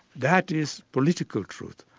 that is political truth,